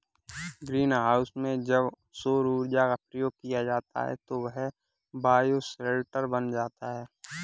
green house में जब सौर ऊर्जा का प्रयोग किया जाता है तो वह बायोशेल्टर बन जाता है